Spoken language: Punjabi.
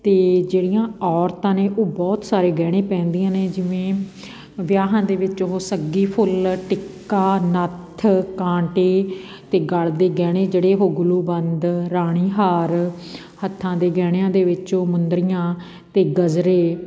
ਅਤੇ ਜਿਹੜੀਆਂ ਔਰਤਾਂ ਨੇ ਉਹ ਬਹੁਤ ਸਾਰੇ ਗਹਿਣੇ ਪਹਿਨਦੀਆਂ ਨੇ ਜਿਵੇਂ ਵਿਆਹਾਂ ਦੇ ਵਿੱਚ ਉਹ ਸੱਗੀ ਫੁੱਲ ਟਿੱਕਾ ਨੱਥ ਕਾਂਟੇ ਅਤੇ ਗਲ ਦੇ ਗਹਿਣੇ ਜਿਹੜੇ ਹੂਗਲੂ ਬੰਦ ਰਾਣੀ ਹਾਰ ਹੱਥਾਂ ਦੇ ਗਹਿਣਿਆਂ ਦੇ ਵਿੱਚ ਉਹ ਮੁੰਦਰੀਆਂ ਅਤੇ ਗਜ਼ਰੇ